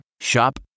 Shop